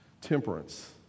temperance